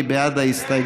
מי בעד ההסתייגות?